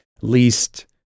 least-